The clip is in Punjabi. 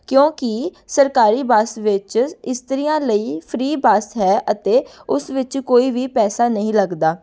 ਕਿਉਂਕਿ ਸਰਕਾਰੀ ਬੱਸ ਵਿੱਚ ਇਸਤਰੀਆਂ ਲਈ ਫਰੀ ਬੱਸ ਹੈ ਅਤੇ ਉਸ ਵਿੱਚ ਕੋਈ ਵੀ ਪੈਸਾ ਨਹੀਂ ਲੱਗਦਾ